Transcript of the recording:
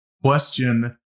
question